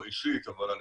אישית, אבל אני